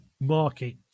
market